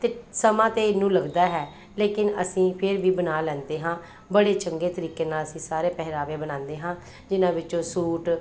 ਅਤੇ ਸਮਾਂ ਤਾਂ ਇਹਨੂੰ ਲੱਗਦਾ ਹੈ ਲੇਕਿਨ ਅਸੀਂ ਫਿਰ ਵੀ ਬਣਾ ਲੈਂਦੇ ਹਾਂ ਬੜੇ ਚੰਗੇ ਤਰੀਕੇ ਨਾਲ ਅਸੀਂ ਸਾਰੇ ਪਹਿਰਾਵੇ ਬਣਾਉਂਦੇ ਹਾਂ ਜਿਨ੍ਹਾਂ ਵਿੱਚੋਂ ਸੂਟ